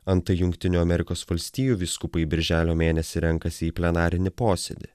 antai jungtinių amerikos valstijų vyskupai birželio mėnesį renkasi į plenarinį posėdį